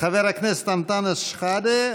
חבר הכנסת אנטאנס שחאדה.